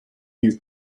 you